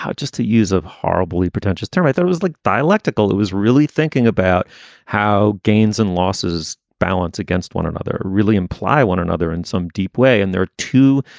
just to use of horribly pretentious term i thought was like dialectical who was really thinking about how gains and losses balance against one another really imply one another in some deep way. and there are two,